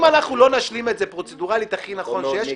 אם אנחנו לא נשלים את זה פרוצדורלית הכי נכון שיש,